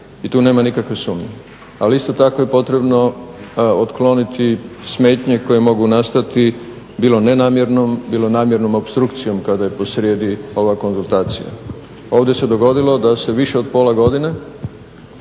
i tu nema nikakve sumnje. Ali isto tako je potrebno otkloniti smetnje koje mogu nastati bilo nenamjernom bilo namjernom opstrukcijom kao da je posrijedi ova konzultacija. Ovdje se dogodilo da se više od pola godine,